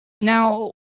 Now